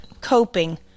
coping